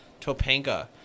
Topanga